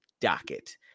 docket